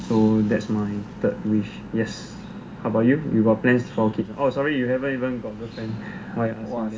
so that's my third wish yes what about you you got plans for kids not oh sorry you haven't even got girlfriend yet why I ask you that